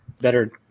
better